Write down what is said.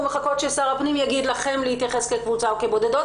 מחכים ששר הפנים יגיד לכם להתייחס כקבוצה או כבודדים.